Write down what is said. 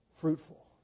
fruitful